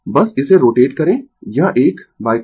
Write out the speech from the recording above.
बस इसे रोटेट करें यह एक कोण ϕ